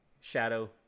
Shadow